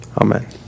Amen